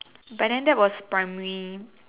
by then that was primary